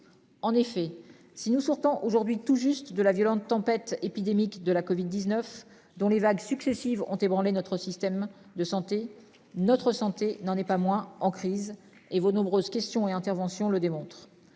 En effet si nous sortons aujourd'hui tout juste de la violente tempête épidémique de la Covid 19 dont les vagues successives ont ébranlé notre système de santé, notre santé n'en est pas moins en crise et vos nombreuses questions et interventions le démontre.